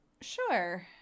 Sure